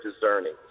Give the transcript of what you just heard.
discerning